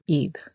Eid